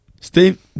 Steve